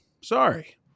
Sorry